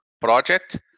project